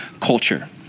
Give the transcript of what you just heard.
culture